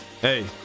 Hey